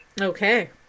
Okay